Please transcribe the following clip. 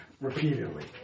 repeatedly